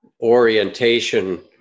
orientation